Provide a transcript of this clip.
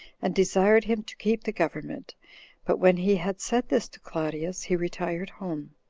and desired him to keep the government but when he had said this to claudius, he retired home.